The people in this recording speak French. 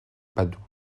padoue